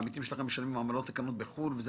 העמיתים שלכם משלמים עמלות לקרנות בחו"ל (וזה